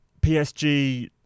PSG